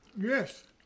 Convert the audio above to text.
Yes